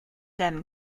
madame